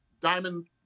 diamond